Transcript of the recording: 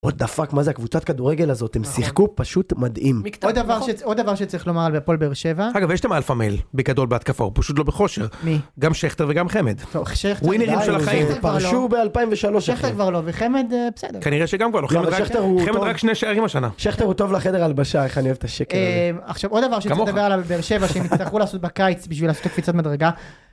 עוד דפק מה זה הקבוצת כדורגל הזאת הם שיחקו פשוט מדהים. עוד דבר עוד דבר שצריך לומר על ההפועל באר שבע. אגב יש להם אלפא מייל בגדול בהתקפה הוא פשוט לא בכושר. מי?, גם שכתר וגם חמד. ווינרים של החיים. פרשו באלפיים ושלוש. שכתר כבר לא וחמד בסדר כנראה שגם חמד רק שני שערים השנה. שכתר הוא טוב לחדר הלבשה איך אני אוהב את השקר הזה. כמוך. עכשיו עוד דבר שצריך לדבר עליו, באר שבע שהם יצטרכו לעשות בקיץ בשביל לעשות קפיצת מדרגה.